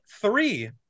three